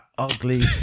ugly